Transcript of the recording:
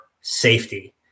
safety